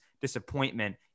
disappointment